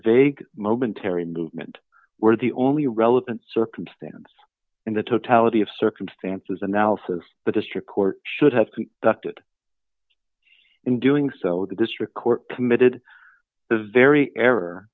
vague momentary movement were the only relevant circumstance in the totality of circumstances analysis the district court should have ducked it in doing so the district court committed the very error